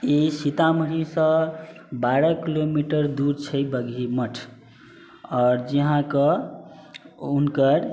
ई सीतामढ़ीसँ बारह किलोमीटर दूर छै बगही मठ आओर जे अहाँके हुनकर